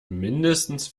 mindestens